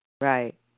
Right